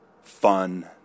fun